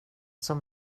som